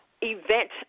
Event